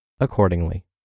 accordingly